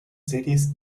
series